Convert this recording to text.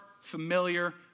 familiar